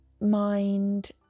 mind